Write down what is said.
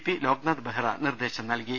P Loknath Behera നിർദ്ദേശം നൽകി